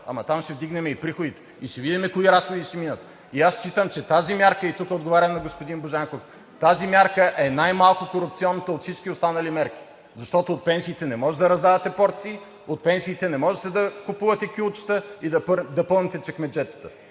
ама там ще вдигнем и приходите и ще видим кои разходи ще минат. Аз считам, че тази мярка, и тук отговарям на господин Божанков, е най-малко корупционната от всички останали мерки. Защото от пенсиите не може да раздавате порции, от пенсиите не може да купувате кюлчета и да пълните чекмеджетата,